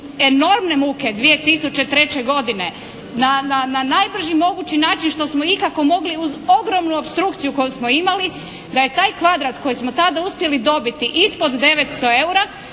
enormne muke 2003. godine na najbrži mogući način što smo ikako mogli uz ogromnu opstrukciju koju smo imali, da je taj kvadrat koji smo tada uspjeli dobiti ispod 900 eura